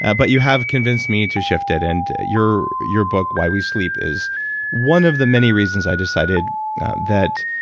ah but you have convinced me to shift it. and your your book, why we sleep, is one of the many reasons i decided that